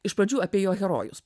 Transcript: iš pradžių apie jo herojus